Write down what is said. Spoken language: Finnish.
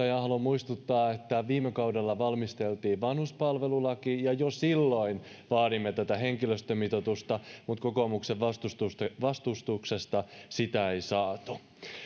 ja haluan muistuttaa että viime kaudella valmisteltiin vanhuspalvelulaki ja jo silloin vaadimme tätä henkilöstömitoitusta mutta kokoomuksen vastustuksesta vastustuksesta sitä ei saatu